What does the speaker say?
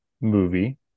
movie